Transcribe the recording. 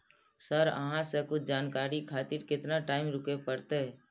Sir अहाँ से कुछ जानकारी खातिर केतना टाईम रुके परतें?